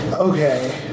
Okay